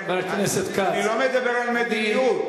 אני לא מדבר על מדיניות,